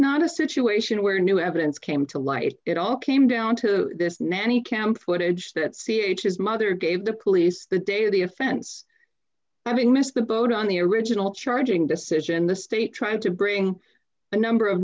not a situation where new evidence came to light it all came down to this nanny cam footage that c h his mother gave to police the day of the offense i mean missed the boat on the original charging decision the state tried to bring a number of